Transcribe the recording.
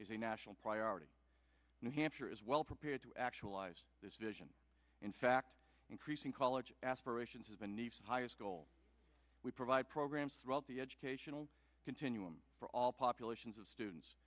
is a national priority new hampshire is well prepared to actualize this vision in fact increasing college aspirations is a nice highest goal we provide programs throughout the educational continuum for all populations of students